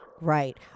Right